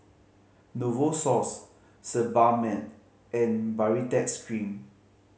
Novosource Sebamed and Baritex Cream